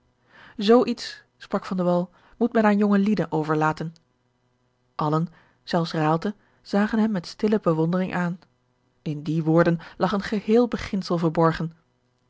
zoo iets sprak van de wall moet men aan jonge lieden overlaten allen zelfs raalte zagen hem met stille bewondering aan in die woorden lag een geheel beginsel verborgen